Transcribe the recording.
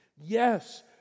Yes